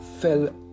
fell